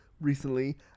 recently